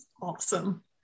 awesome